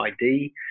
ID